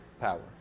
power